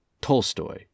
Tolstoy